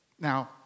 Now